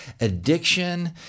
addiction